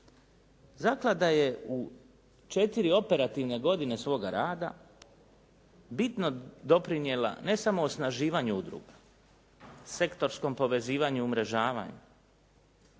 zaklada je u četiri operativne godine svoga rada bitno doprinijela ne samo osnaživanju udruga, sektorskom povezivanju i umrežavanju,